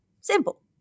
Simple